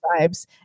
vibes